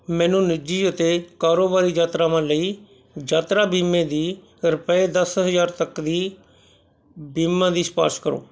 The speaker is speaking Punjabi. ਮੈਨੂੰ ਨਿੱਜੀ ਅਤੇ ਕਾਰੋਬਾਰੀ ਯਾਤਰਾਵਾਂ ਲਈ ਯਾਤਰਾ ਬੀਮੇ ਦੀ ਰੁਪਏ ਦਸ ਹਜ਼ਾਰ ਤੱਕ ਦੀ ਬੀਮਾ ਦੀ ਸਿਫ਼ਾਰਸ਼ ਕਰੋ